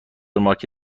مارکت